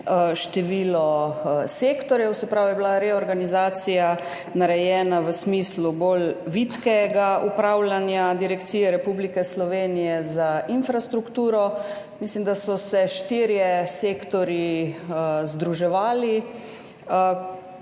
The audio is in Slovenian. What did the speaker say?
število sektorjev, se pravi, je bila reorganizacija narejena v smislu bolj vitkega upravljanja Direkcije Republike Slovenije za infrastrukturo. Mislim, da so se štirje sektorji združevali.